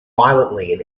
violently